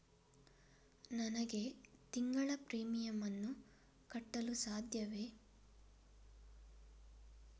ನನಗೆ ತಿಂಗಳ ಪ್ರೀಮಿಯಮ್ ಅನ್ನು ಕಟ್ಟಲು ಸಾಧ್ಯವೇ?